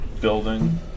building